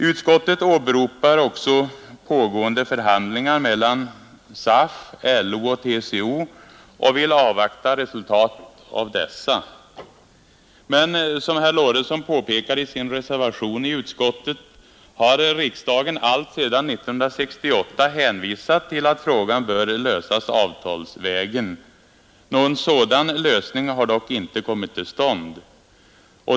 Utskottet åberopar också pågående förhandlingar mellan SAF, LO och TCO och vill avvakta resultatet av dessa. Men som herr Lorentzon påpekar i sin reservation i utskottet har riksdagen alltsedan 1968 hänvisat till att frågan bör lösas avtalsvägen. Någon sådan lösning har dock inte kommit till stånd.